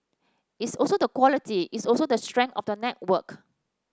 it's also the quality it's also the strength of the network